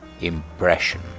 impression